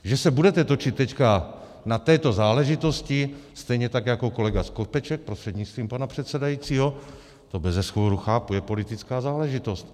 Že se budete točit teď na této záležitosti, stejně tak jako kolega Skopeček prostřednictvím pana předsedajícího, to bezesporu chápu, je politická záležitost.